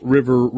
River